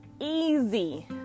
easy